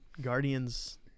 guardians